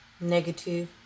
negative